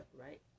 right